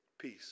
peace